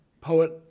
poet